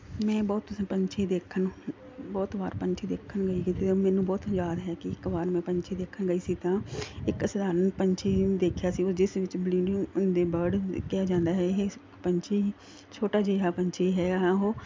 ਮੈਂ ਬਹੁਤ ਸਾਰੇ ਪੰਛੀ ਦੇਖਣ ਬਹੁਤ ਵਾਰ ਪੰਛੀ ਦੇਖਣ ਲੱਗੀ ਅਤੇ ਮੈਨੂੰ ਬਹੁਤ ਯਾਦ ਹੈ ਕਿ ਇੱਕ ਵਾਰ ਮੈਂ ਪੰਛੀ ਦੇਖਣ ਗਈ ਸੀ ਤਾਂ ਇੱਕ ਸਧਾਰਨ ਪੰਛੀ ਨੂੰ ਦੇਖਿਆ ਸੀ ਜਿਸ ਵਿੱਚ ਬਲੂ ਨਿਊ ਦੇ ਬਰਡ ਕਿਹਾ ਜਾਂਦਾ ਹੈ ਇਹ ਪੰਛੀ ਛੋਟਾ ਜਿਹਾ ਪੰਛੀ ਹੈ ਉਹ